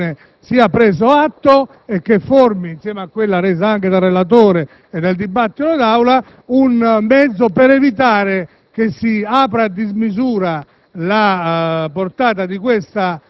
che di questa dichiarazione sia preso atto e che costituisca, insieme a quella resa anche dal relatore e nel dibattito dell'Aula, un mezzo per evitare che si apra a dismisura